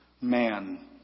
man